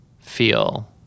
feel